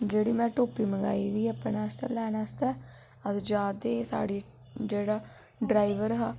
जेहड़ी में टोपी मंगाई दी ऐ अपने आस्तै लैने आस्तै अदूं जारदे हे साढ़े जेहड़ा ड्राइबर हा